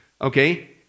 okay